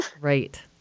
Right